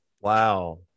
Wow